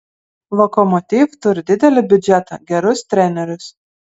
lokomotiv turi didelį biudžetą gerus trenerius